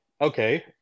okay